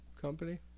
company